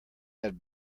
had